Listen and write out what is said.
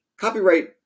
Copyright